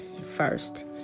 first